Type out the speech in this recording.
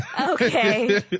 Okay